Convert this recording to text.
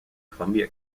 columbia